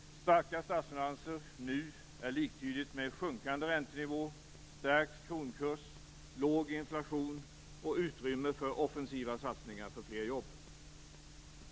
Starka statsfinanser nu är liktydigt med sjunkande räntenivå, stärkt kronkurs, låg inflation och utrymme för offensiva satsningar för fler jobb.